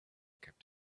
kept